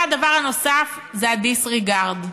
והדבר הנוסף זה ה-disregard.